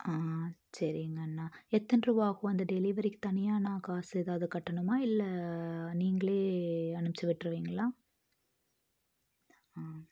ஆ சரிங்கண்ணா எத்தனை ருபா ஆகும் அந்த டெலிவரிக்கு தனியாக நான் காசு ஏதாவது கட்டணுமா இல்லை நீங்களே அனுப்பிச்சிவிட்ருவீங்களா